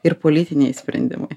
ir politiniai sprendimai